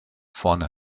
vorne